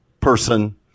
person